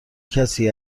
کسی